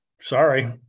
Sorry